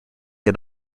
had